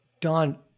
Don